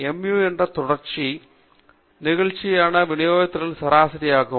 Mu என்பது தொடர்ச்சியான நிகழ்தகவு விநியோகதின் சராசரி ஆகும்